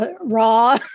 Raw